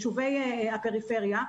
ישובי הפריפריה,